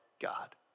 God